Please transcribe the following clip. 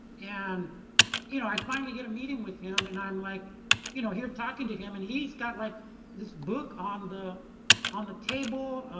and you know i finally get a meeting with him and i'm like you know here talking to him, and he's got like this book on the on the table.